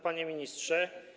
Panie Ministrze!